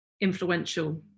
influential